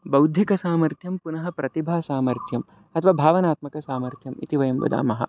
बौद्धिकसामर्थ्यं पुनः प्रतिभासामर्थ्यम् अथवा भावनात्मकसामर्थ्यम् इति वयं वदामः